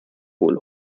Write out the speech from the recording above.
wohl